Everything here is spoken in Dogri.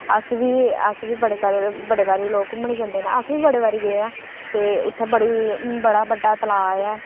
अस बी अस बी बड़े सारे बड़े बारी लोक घूमने जंदे न अस बी बड़े बारी गे ऐं ते उत्थै बड़ी बड़ा बड्डा तलाऽ ऐ